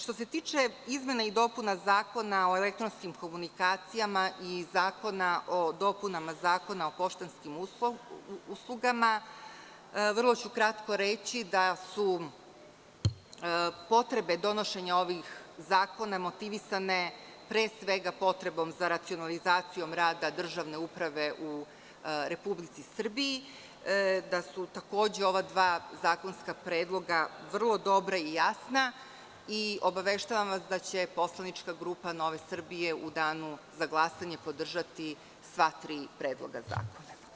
Što se tiče izmena i dopuna Zakona o elektronskim komunikacijama i zakona o dopunama Zakona o poštanskim uslugama, vrlo ću kratko reći da su potrebe donošenja ovih zakona motivisane pre svega potrebom za racionalizacijom rada državne uprave u Republici Srbiji, da su takođe ova dva zakonska predloga vrlo dobra i jasna i obaveštavam vas da će poslanička grupa NS u Danu za glasanje podržati sva tri predloga zakona.